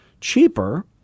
Cheaper